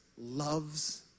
loves